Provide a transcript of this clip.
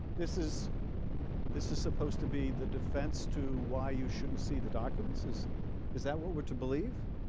this is this is supposed to be the defense to why you should not see the documents? is is that what we are to believe?